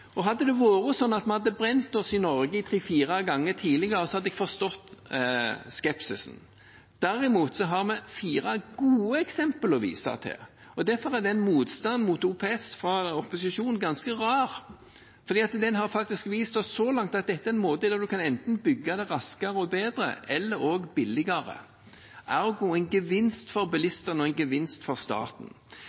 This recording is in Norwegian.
og hadde det vært slik at vi hadde brent oss i Norge tre–fire ganger tidligere, hadde jeg forstått skepsisen. Derimot har vi fire gode eksempler å vise til. Derfor er motstanden mot OPS fra opposisjonen ganske rar, for det har faktisk vist oss så langt at dette er en måte en enten kan bygge raskere og bedre eller også billigere – ergo en gevinst for bilistene og en gevinst for staten.